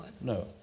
No